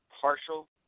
partial